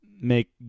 make